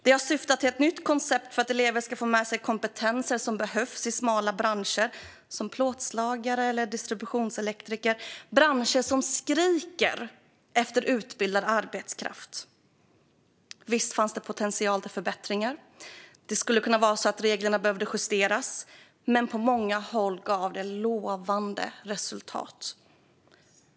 Den har syftat till ett nytt koncept för att elever ska få med sig kompetenser som behövs i smala branscher som plåtslagare eller distributionselektriker, branscher som skriker efter utbildad arbetskraft. Visst fanns det potential för förbättringar. Det skulle kunna vara så att reglerna behövde justeras. Men på många håll gav det lovande resultat.